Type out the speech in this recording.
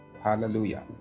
hallelujah